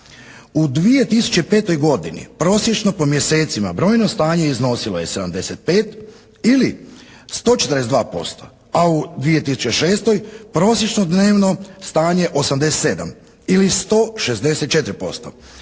U 2005. godini prosječno po mjesecima brojno stanje iznosilo je 75 ili 142%, a u 2006. prosječno dnevno stanje 87 ili 164%.